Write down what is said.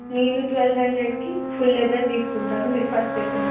నేను ట్వెల్వ హండ్రెడ్కి full leather తీసుకుంటాను మీరు ఫస్ట్ తెచ్చినవి